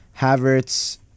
Havertz